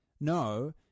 No